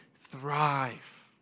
thrive